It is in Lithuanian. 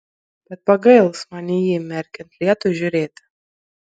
bet pagails man į jį merkiant lietui žiūrėti